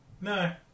No